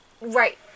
Right